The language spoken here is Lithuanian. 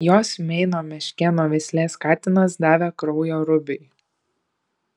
jos meino meškėno veislės katinas davė kraujo rubiui